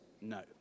no